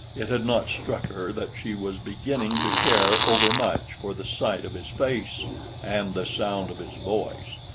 it had not struck her that she was beginning to care overmuch for the sight of his face and the sound of his voice.